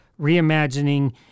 reimagining